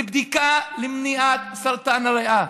בדיקה למניעת סרטן הריאה.